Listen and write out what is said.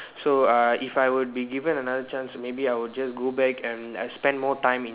so uh if I would be given another chance maybe I will just go back and and spend more time in